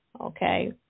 Okay